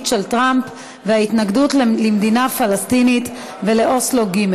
של טראמפ וההתנגדות למדינה פלסטינית ולאוסלו ג',